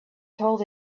told